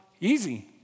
Easy